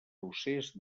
procés